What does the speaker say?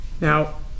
Now